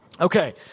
Okay